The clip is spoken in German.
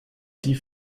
die